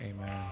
Amen